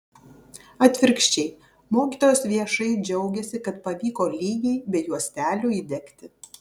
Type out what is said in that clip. atvirkščiai mokytojos viešai džiaugiasi kad pavyko lygiai be juostelių įdegti